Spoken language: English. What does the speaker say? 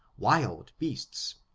wild beasts,